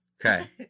Okay